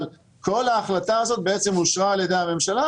אבל כל ההחלטה הזאת אושרה על ידי הממשלה,